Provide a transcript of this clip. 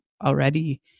Already